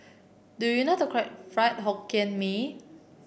do you know how to cook Fried Hokkien Mee